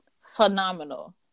phenomenal